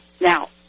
Now